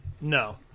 No